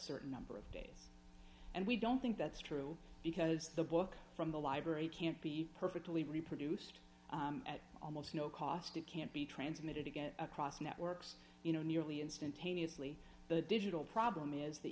certain number of days and we don't think that's true because the book from the library can't be perfectly reproduced at almost no cost it can't be transmitted to get across networks you know nearly instantaneously the digital problem is that